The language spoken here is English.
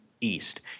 East